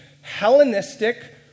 Hellenistic